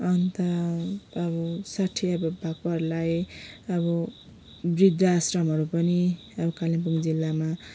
अन्त अबो साठी एबोभ भएकोहरूलाई अब बृद्ध आस्रमहरू पनि अब कालेम्पोङ जिल्लामा